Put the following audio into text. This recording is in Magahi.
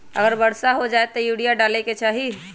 अगर वर्षा हो जाए तब यूरिया डाले के चाहि?